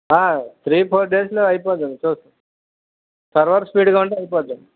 three four డేస్లో అయిపోతుంది server స్పీడ్గా ఉంటే అయిపోతుంది